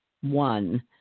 one